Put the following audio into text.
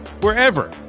wherever